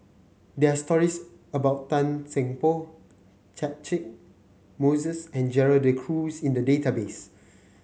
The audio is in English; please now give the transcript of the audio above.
there are stories about Tan Seng Poh Catchick Moses and Gerald De Cruz in the database